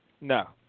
No